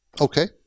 Okay